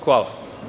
Hvala.